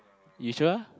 you sure